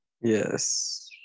Yes